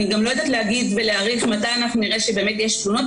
אני גם לא יודעת להעריך מתי נראה שבאמת יש תלונות,